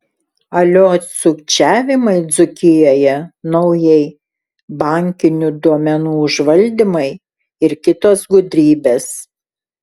alio sukčiavimai dzūkijoje naujai bankinių duomenų užvaldymai ir kitos gudrybės